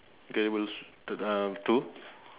incredibles t~ uh two